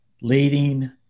leading